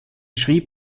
schrieb